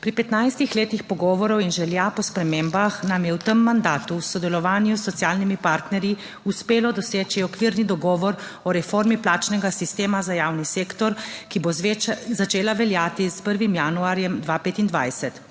Po 15 letih pogovorov in želja po spremembah nam je v tem mandatu v sodelovanju s socialnimi partnerji uspelo doseči okvirni dogovor o reformi plačnega sistema za javni sektor, ki bo začela veljati s 1. januarjem 2025.